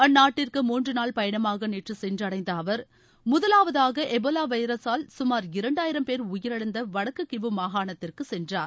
அந்நாட்டிற்கு மூன்று நாள் பயணமாக நேற்று சென்றடைந்த அவர் முதவாவதாக எபோலா வைரஸால் சுமார் இரண்டாயிரம் பேர் உயிரிழந்த வடக்கு கிவு மாகாணத்திற்கு சென்றார்